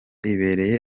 ibereye